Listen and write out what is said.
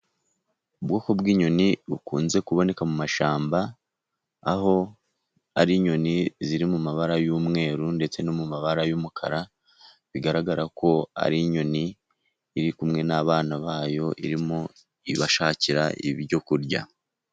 Ubwoko bw'inyoni bukunze kuboneka mu mashyamba, aho ar'inyoni ziri mu mabara y'umweru ndetse no mu mabara y'umukara, bigaragara ko ar'inyoni iri kumwe n'abana bayo irimo ibashakira ibyo kurya.